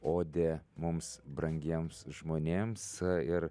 odė mums brangiems žmonėms ir